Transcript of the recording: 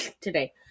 today